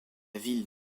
ville